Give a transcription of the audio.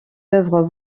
œuvres